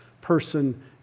person